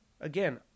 again